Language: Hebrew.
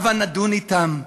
הבה נדון אתם,